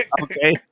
Okay